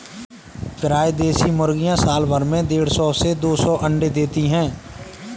प्रायः देशी मुर्गियाँ साल भर में देढ़ सौ से दो सौ अण्डे देती है